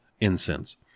incense